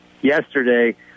yesterday